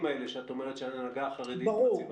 האלה שאת אומרת שההנהגה החרדית מציבה?